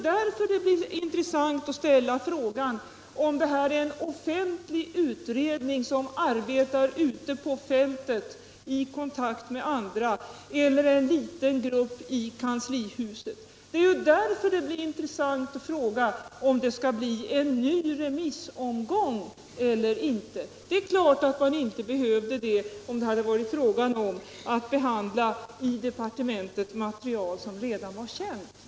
Därför är det intressant att ställa frågan om det är en offentlig utredning som arbetar ute på fältet i kontakt med andra eller om det är en liten grupp i kanslihuset. Det är också därför det är intressant att fråga om det skall bli en ny remissomgång eller inte. Det är klart att man inte behövt en sådan, om det varit fråga om att i departementet behandla material som redan varit känt.